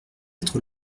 être